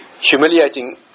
humiliating